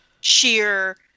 sheer